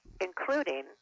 including